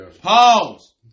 Pause